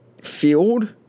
field